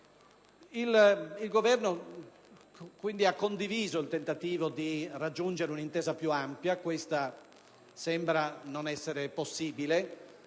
Il Governo quindi ha condiviso il tentativo di raggiungere un'intesa più ampia, che però sembra non essere possibile;